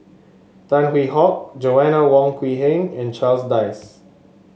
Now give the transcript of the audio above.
Tan Hwee Hock Joanna Wong Quee Heng and Charles Dyce